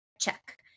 check